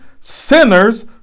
sinners